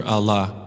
Allah